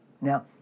Now